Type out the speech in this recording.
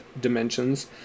dimensions